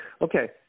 Okay